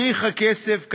וניחא כסף,